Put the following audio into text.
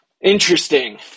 Interesting